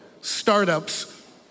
startups